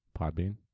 podbean